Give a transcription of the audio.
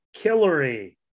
Killary